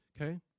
okay